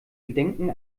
gedenken